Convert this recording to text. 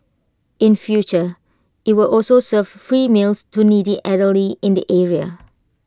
in future IT will also serve free meals to needy elderly in the area